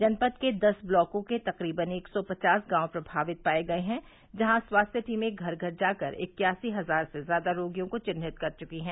जनपद के दस ब्लाकों के तकरीबन एक सौ पचास गांव प्रभावित पाये गये हैं जहां स्वास्थ्य टीमें घर घर जाकर इक्यासी हज़ार से ज़्यादा रोगियों को चिन्हित कर चुकी है